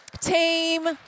team